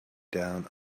down